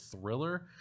thriller